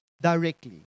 directly